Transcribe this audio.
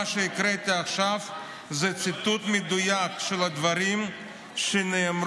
שהקראתי עכשיו זה ציטוט מדויק של הדברים שנאמרו,